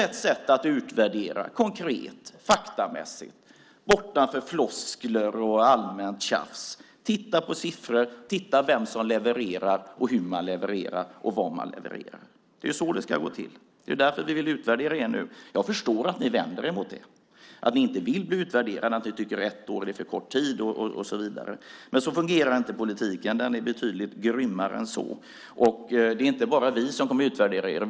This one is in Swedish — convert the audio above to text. Ett sätt att utvärdera konkret, faktamässigt, bortanför floskler och allmänt tjafs är att titta på siffror, på vem som har levererat, hur man levererat och vad man levererat. Det är så det ska gå till. Det är därför vi vill utvärdera er nu. Jag förstår att ni vänder er mot det, att ni inte vill bli utvärderade för att ni tycker att ett år är för kort tid och så vidare. Men så fungerar inte politiken. Den är betydligt grymmare än så. Och det är inte bara vi som kommer att utvärdera er.